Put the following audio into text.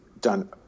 Done